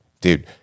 dude